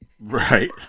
Right